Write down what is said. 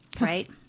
right